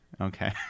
Okay